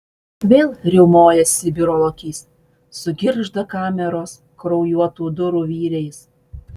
vėl riaumoja sibiro lokys sugirgžda kameros kraujuotų durų vyriais